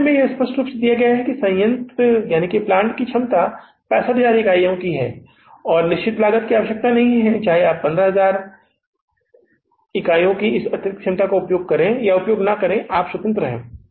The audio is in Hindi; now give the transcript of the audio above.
इस मामले में यह स्पष्ट रूप से दिया गया है कि संयंत्र की क्षमता 65000 इकाई है और किसी निश्चित लागत की आवश्यकता नहीं है चाहे आप 15000 इकाइयों की इस अतिरिक्त क्षमता का उपयोग करें या इसका उपयोग न करें आप स्वतंत्र हैं